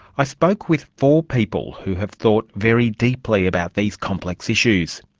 i spoke with four people who have thought very deeply about these complex issues.